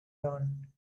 dawn